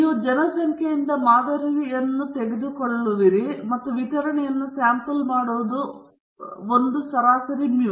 ನೀವು ಜನಸಂಖ್ಯೆಯಿಂದ ಮಾದರಿಗಳನ್ನು ತೆಗೆದುಕೊಳ್ಳುತ್ತಿರುವಿರಿ ಮತ್ತು ವಿತರಣೆಯನ್ನು ಸ್ಯಾಂಪಲ್ ಮಾಡುವುದು ಒಂದು ಸರಾಸರಿ ಮೌ